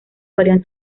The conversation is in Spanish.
varían